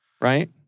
right